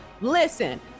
Listen